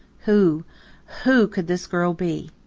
who who could this girl be?